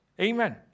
Amen